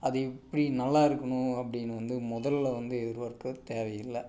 அது எப்படி நல்லாருக்கணும் அப்படின்னு வந்து முதல்ல வந்து எதிர்பார்க்க தேவையில்லை